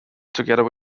together